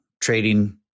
trading